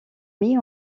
mit